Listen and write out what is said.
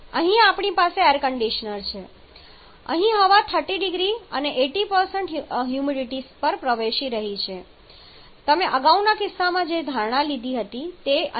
અહીં આપણી પાસે એર કંડિશનર છે અહીં હવા 30 0C અને 80 સંબંધિત હ્યુમિડિટી પર પ્રવેશી રહી છે તમે અગાઉના કિસ્સામાં જે ધારણા લીધી હતી તે અહીં પણ માન્ય છે